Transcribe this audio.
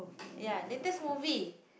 ya latest movie